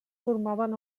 formaven